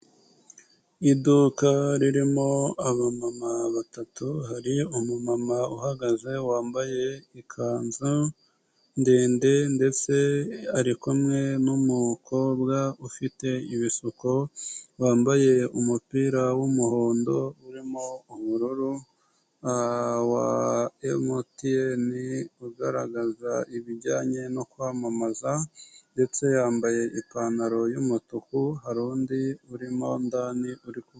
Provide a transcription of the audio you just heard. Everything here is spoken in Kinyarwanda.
Iduka ririmo abamama batatu, hari umumama uhagaze wambaye ikanzu ndende ndetse ari kumwe n'umukobwa ufite ibisuko wambaye umupira w'umuhondo urimo ubururu wa MTN ugaragaza ibijyanye no kwamamaza ndetse yambaye ipantaro y'umutuku, hari undi urimo ndana uri ku...